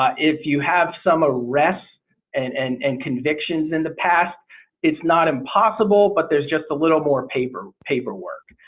um if you have some arrests and and and convictions in the past it's not impossible but there's just a little more paper paperwork.